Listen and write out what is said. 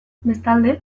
bestalde